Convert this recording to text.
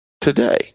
Today